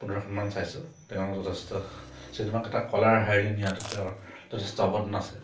পোন্ধৰখনমান চাইছোঁ তেওঁ যথেষ্ট চিনেমাক এটা কলাৰ হেৰিলে নিয়াটো তেওঁৰ যথেষ্ট অৱদান আছে